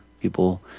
People